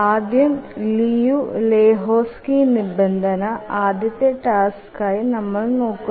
ആദ്യം ലിയു ലഹോക്സ്ക്യ് നിബന്ധന ആദ്യത്തെ ടാസ്കിനു ആയി നമ്മൾ നോക്കുന്നു